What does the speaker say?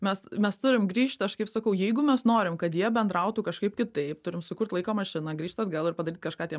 mes mes turim grįžt aš kaip sakau jeigu mes norim kad jie bendrautų kažkaip kitaip turim sukurt laiko mašiną grįžt atgal ir padaryt kažką tiem